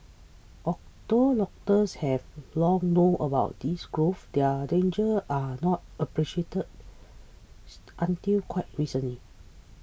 although doctors have long known about these growths their danger was not appreciated until quite recently